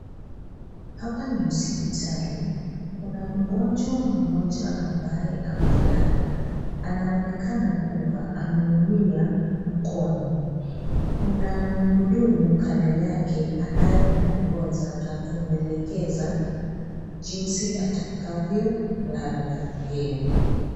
Hapa ni hospitali. Kuna mgonjwa mmoja ambaye amelala. Anaonekana kuwa ameumia mkono. Kuna mhudumu kando yake anayemwongoza na kumwelekeza jinsi atakavyolala vyema.